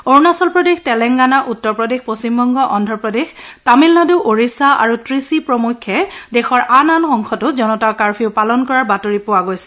অৰুণাচল প্ৰদেশ তেলেংগানা উত্তৰ প্ৰদেশ পশ্চিমবংগ অন্ধ্ৰপ্ৰদেশ তামিলনাডু তেলেংগানা ওড়িষা আৰু ট্ৰিচি প্ৰমুখ্যে দেশৰ আন আন অংশতো জনতা কাৰ্ফিউ পালন কৰাৰ বাতৰি পোৱা গৈছে